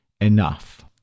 enough